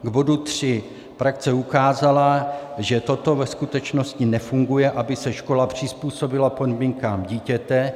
K bodu 3. Praxe ukázala, že toto ve skutečnosti nefunguje, aby se škola přizpůsobila podmínkám dítěte.